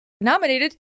nominated